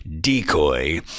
decoy